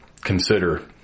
consider